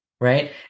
right